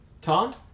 Tom